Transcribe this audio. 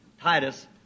Titus